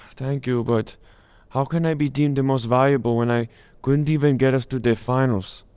thank you, but how can i be deemed the most valuable when i couldn't even get us to the finals?